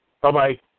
Bye-bye